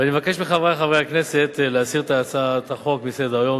ואני מבקש מחברי חברי הכנסת להסיר את הצעת החוק מסדר-היום.